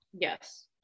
yes